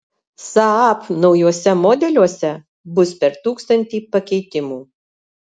saab naujuose modeliuose bus per tūkstantį pakeitimų